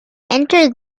entered